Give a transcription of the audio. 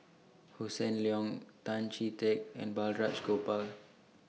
Hossan Leong Tan Chee Teck and Balraj Gopal